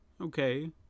okay